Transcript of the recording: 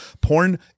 porn-